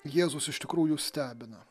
jėzus iš tikrųjų stebino